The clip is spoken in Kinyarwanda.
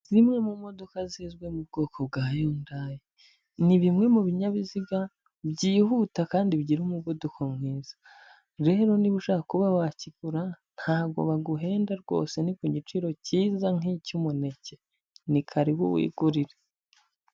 Zimwe mu modoka zizwi mu bwoko bwa yundayi, ni bimwe mu binyabiziga byihuta kandi bigira umuvuduko mwiza, rero niba ushaka kuba wakigura ntabwo baguhenda rwose ni ku giciro cyiza nk'icy'umuneke, ni karibu wigurire.